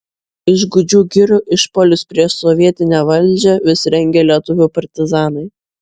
iš gūdžių girių išpuolius prieš sovietinę valdžią vis rengė lietuvių partizanai